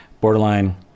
borderline